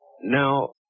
Now